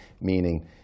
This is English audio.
meaning